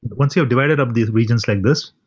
once you have divided up these regions like this,